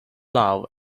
love